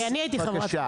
שינוי דנ"א לוקח זמן.